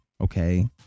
okay